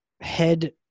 head